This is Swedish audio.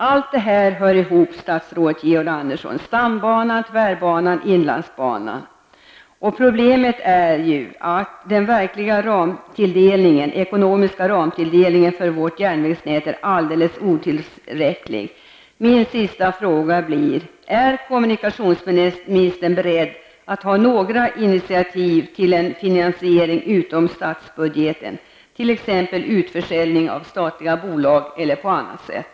Allt detta hör ihop, statsrådet Georg Andersson; stambanan, tvärbanan, inlandsbanan. Problemet är att den verkliga ekonomiska ramtilldelningen för vårt järnvägsnät är alldeles otillräcklig. Min sista fråga blir: Är kommunikationsministern beredd att ta några initiativ till en finansiering utom statsbudgeten, t.ex. genom utförsäljning av statliga bolag eller på något annat sätt?